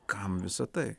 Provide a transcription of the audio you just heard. kam visa tai